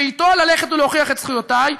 ואתו ללכת ולהוכיח את זכויותי,